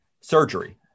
surgery